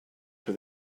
for